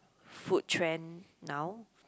food trend now